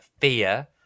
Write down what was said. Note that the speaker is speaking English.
fear